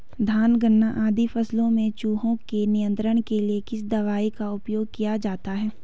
धान गन्ना आदि फसलों में चूहों के नियंत्रण के लिए किस दवाई का उपयोग किया जाता है?